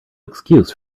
excuse